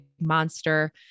monster